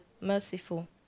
merciful